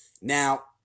Now